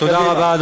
תודה רבה.